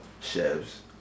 Chefs